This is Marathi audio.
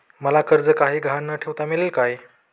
मला कर्ज काही गहाण न ठेवता मिळेल काय?